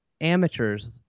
amateurs